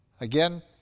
again